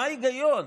מה ההיגיון?